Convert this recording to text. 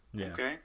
okay